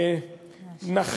נאשר,